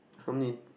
how many